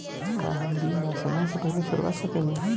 का हम बीमा समय से पहले छोड़वा सकेनी?